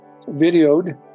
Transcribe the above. videoed